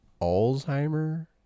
Alzheimer